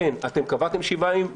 כן אתם קבעתם 7 ימים,